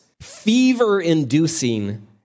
fever-inducing